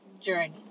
journey